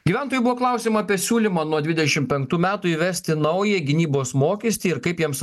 gyventojų buvo klausiama apie siūlymą nuo dvidešim penktų metų įvesti naują gynybos mokestį ir kaip jiems